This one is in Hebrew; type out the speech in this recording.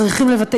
צריכים לבטל,